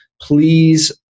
Please